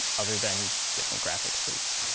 other than different graphics for each.